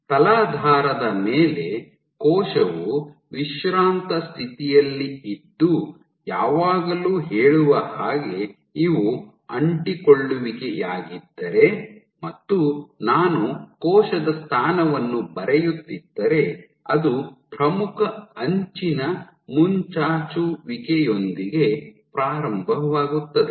ತಲಾಧಾರದ ಮೇಲೆ ಕೋಶವು ವಿಶ್ರಾಂತ ಸ್ಥಿತಿಯಲ್ಲಿ ಇದ್ದು ಯಾವಾಗಲೂ ಹೇಳುವ ಹಾಗೆ ಇವು ಅಂಟಿಕೊಳ್ಳುವಿಕೆಯಾಗಿದ್ದರೆ ಮತ್ತು ನಾನು ಕೋಶದ ಸ್ಥಾನವನ್ನು ಬರೆಯುತ್ತಿದ್ದರೆ ಅದು ಪ್ರಮುಖ ಅಂಚಿನ ಮುಂಚಾಚುವಿಕೆಯೊಂದಿಗೆ ಪ್ರಾರಂಭವಾಗುತ್ತದೆ